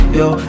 yo